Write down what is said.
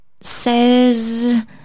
says